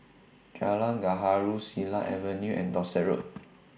Jalan Gaharu Silat Avenue and Dorset Road